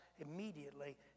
immediately